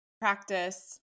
practice